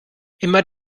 immer